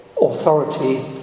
authority